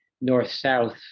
north-south